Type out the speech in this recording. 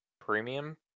premium